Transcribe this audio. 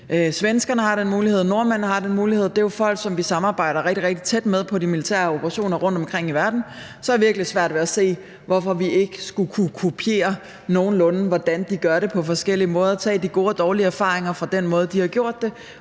svenskerne har den mulighed, nordmændene har den mulighed. Det er jo folk, som vi samarbejder rigtig, rigtig tæt med i de militære operationer rundtomkring i verden. Derfor har jeg virkelig svært ved at se, hvorfor vi ikke nogenlunde skulle kunne kopiere det, de gør på forskellige måder – se på de gode erfaringer og dårlige erfaringer fra den måde, de har gjort det